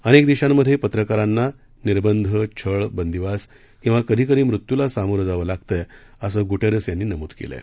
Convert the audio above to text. अनेक देशांमधे पत्रकारांना निर्बंध छळ बंदिवास किंवा कधी कधी मृत्यूला सामोरं जावं लागतं असं गुटेरस यांनी नमूद केलंय